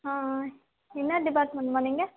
ஆ ஆ என்ன டிபார்ட்மெண்ட்டு மா நீங்கள்